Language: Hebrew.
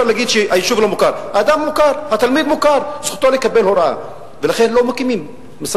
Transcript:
פתיחת החקירה מהווה האתגר הראשון בלבד, שכן בכשליש